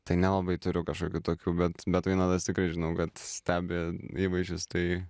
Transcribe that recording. tai nelabai turiu kažkokių tokių bet bet vainotas tikrai žinau kad stebi įvaizdžius tai